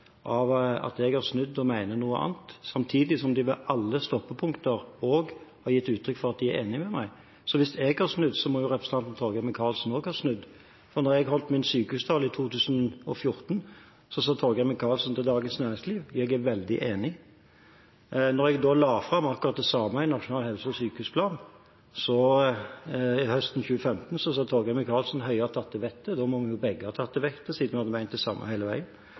av at jeg har snudd og mener noe annet, samtidig som de ved alle stoppepunkter har gitt uttrykk for at de er enige med meg. Hvis jeg har snudd, må representanten Torgeir Micaelsen også ha snudd. Da jeg holdt min sykehustale i 2014, sa Torgeir Micaelsen til Dagens Næringsliv at han var veldig enig. Da jeg la fram akkurat det samme i Nasjonal helse- og sykehusplan høsten 2015, sa Torgeir Micaelsen at Høie hadde tatt til vettet. Da må vi begge ha tatt til vettet siden vi har ment det samme hele veien.